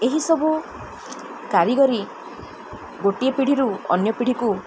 ଏହିସବୁ କାରିଗରୀ ଗୋଟିଏ ପିଢ଼ିରୁ ଅନ୍ୟ ପିଢ଼ିକୁ